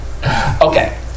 Okay